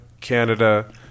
Canada